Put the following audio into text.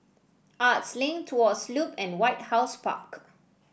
Arts Link Tuas Loop and White House Park